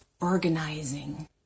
organizing